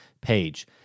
page